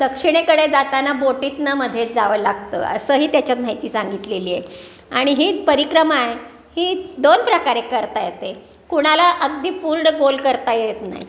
दक्षिणेकडे जाताना बोटीतून मध्ये जावं लागतं असंही त्याच्यात माहिती सांगितलेली आहे आणि ही परिक्रमा ही दोन प्रकारे करता येते कुणाला अगदी पूर्ण गोल करता येत नाही